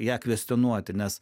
ją kvestionuoti nes